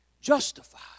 Justified